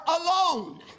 alone